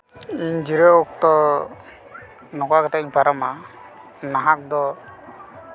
ᱡᱤᱨᱟᱹᱣ ᱚᱠᱛᱚ ᱱᱚᱝᱠᱟ ᱠᱟᱛᱮᱧ ᱯᱟᱨᱚᱢᱟ ᱱᱟᱦᱟᱜᱽ ᱫᱚ